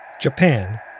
Japan